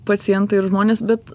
pacientai ir žmonės bet